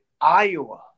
Iowa